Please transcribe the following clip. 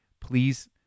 please